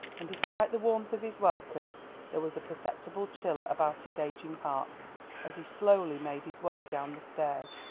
and despite the warmth of his welcome there was a perceptible chill about his aging heart as he slowly made his way down the stairs.